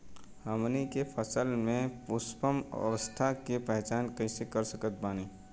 हमनी के फसल में पुष्पन अवस्था के पहचान कइसे कर सकत बानी?